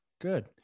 Good